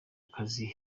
akazi